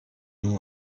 nom